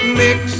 mix